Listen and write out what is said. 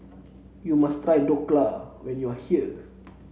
you must try Dhokla when you are here